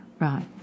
Right